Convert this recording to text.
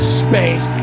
space